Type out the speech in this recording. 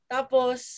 Tapos